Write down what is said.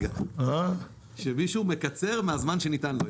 כפי שאדוני היה רוצה לראות בכלכלת ישראל.